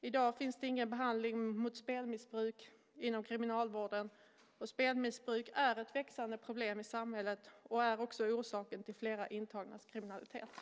I dag finns det ingen behandling mot spelmissbruk inom kriminalvården, och spelmissbruk är ett växande problem i samhället och är också orsaken till kriminalitet hos flera av de intagna.